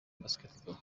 basketball